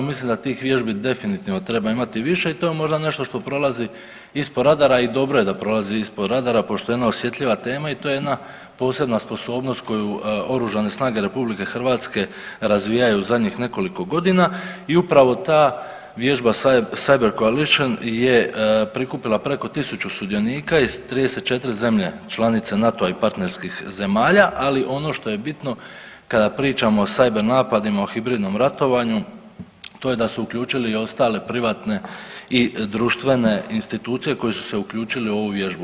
Mislim da tih vježbi treba imati više i to je možda nešto što prolazi ispod radara i dobro je da prolazi ispod radara pošteno osjetljiva tema i to je jedna posebna sposobnost koju Oružane snage RH razvijaju u zadnjih nekoliko godina i upravo ta vježba Cyber Coalition je prikupila preko 1.000 sudionika iz 34 zemlje članice NATO-a i partnerskih zemalja, ali ono što je bitno kada pričamo o cyber napadima, o hibridnom ratovanju to je da su uključili i ostale privatne i društvene institucije koji su se uključili u ovu vježbu.